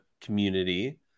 community